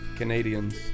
Canadians